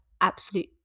absolute